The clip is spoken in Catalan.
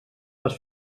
les